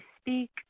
speak